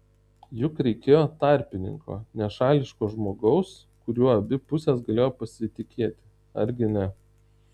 juk reikėjo tarpininko nešališko žmogaus kuriuo abi pusės galėjo pasitikėti argi ne